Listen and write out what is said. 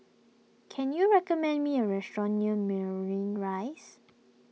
can you recommend me a restaurant near marine Rise